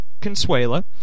Consuela